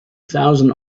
thousand